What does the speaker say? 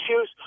issues